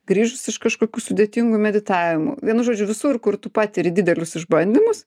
grįžus iš kažkokių sudėtingų meditavimų vienu žodžiu visur kur tu patiri didelius išbandymus